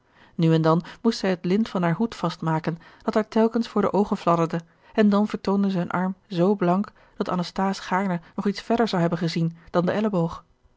nu en dan moest zij het lint van haar hoed vastmaken dat haar telkens voor de oogen fladderde en dan vertoonde ze een arm zoo blank dat anasthase gaarne nog iets verder zou hebben gezien dan de elleboog